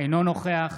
אינו נוכח